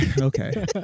Okay